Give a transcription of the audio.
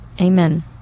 amen